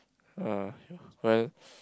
uh